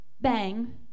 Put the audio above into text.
bang